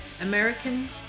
American